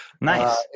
nice